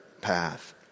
path